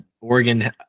Oregon